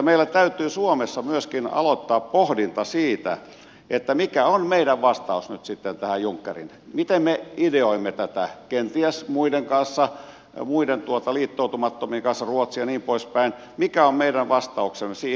meillä täytyy suomessa myöskin aloittaa pohdinta siitä mikä on meidän vastauksemme nyt sitten tähän junckerin ajatukseen miten me ideoimme tätä kenties muiden kanssa muiden liittoutumattomien kanssa ruotsin ja niin poispäin mikä on meidän vastauksemme siihen